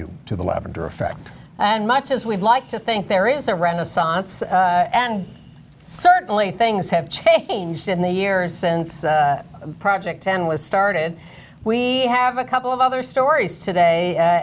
effect and much as we'd like to think there is a renaissance and certainly things have changed in the years since project ten was started we have a couple of other stories today